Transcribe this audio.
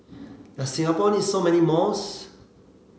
does Singapore need so many malls